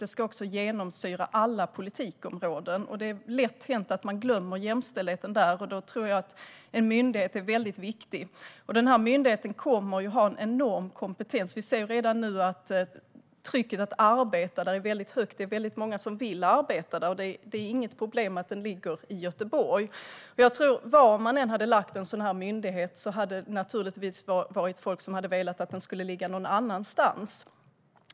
Det ska också genomsyra alla politikområden. Det är lätt hänt att man glömmer jämställdheten där, och då tror jag att en myndighet är väldigt viktig. Den här myndigheten kommer ju att ha en enorm kompetens. Vi ser redan nu att trycket att arbeta där är väldigt högt. Det är väldigt många som vill arbeta där, och det är inget problem att den ligger i Göteborg. Jag tror att var man än hade lagt en sådan här myndighet hade det naturligtvis varit folk som velat att den skulle ligga någon annanstans.